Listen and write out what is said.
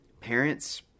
parents